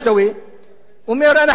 הוא אומר: אנחנו שנים גרים בלי מעקות.